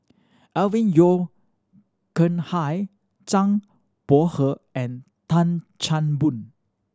Alvin Yeo Khirn Hai Zhang Bohe and Tan Chan Boon